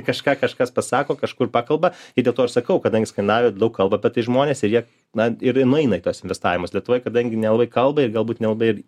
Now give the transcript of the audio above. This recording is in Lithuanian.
kažką kažkas pasako kažkur pakalba ir dėl to aš sakau kadangi skandinavijoj daug kalba apie tai žmonės ir jie na ir nueina į tuos investavimus lietuvoj kadangi nelabai kalba ir galbūt nelabai ir